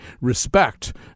respect